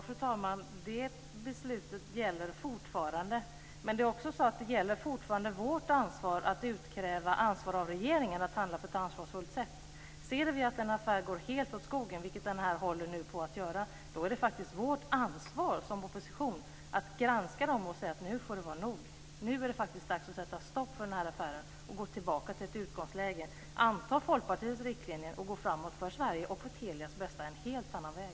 Fru talman! Ja, det beslutet gäller fortfarande, men fortfarande gäller också vårt ansvar att utkräva ansvar av regeringen att handla på ett ansvarsfullt sätt. Ser vi att en affär går helt åt skogen, vilket den här nu håller på att göra, är det faktiskt vårt ansvar som opposition att granska den och säga att nu får det vara nog. Nu är det faktiskt dags att sätta stopp för den här affären och gå tillbaka till utgångsläget. Att anta Folkpartiets riktlinjer och gå framåt för Sveriges och Telias bästa är en helt annan väg.